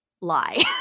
lie